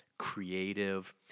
creative